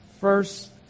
First